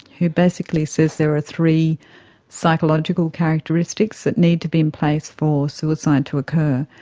who basically says there are three psychological characteristics that need to be in place for suicide to occur.